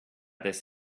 this